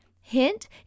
hint